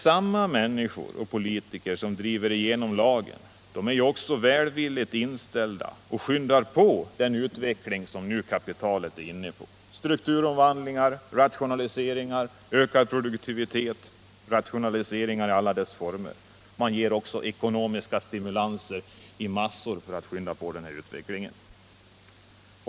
Samma politiker som driver igenom lagen är ju också välvilligt inställda till och skyndar på den utveckling som kapitalet nu är inne på: strukturomvandlingar, rationaliseringar i alla former, ökad produktivitet m.m. Man ger också ekonomiska stimulanser i massor för att skynda på den utvecklingen.